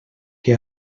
que